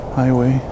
highway